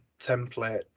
template